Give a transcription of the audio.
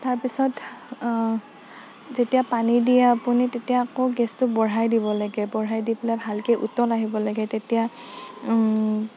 তাৰপিছত যেতিয়া পানী দিয়ে আপুনি তেতিয়া আকৌ গেছটো বঢ়াই দিব লাগে বঢ়াই দি পেলাই ভালকে উতল আহিব লাগে তেতিয়া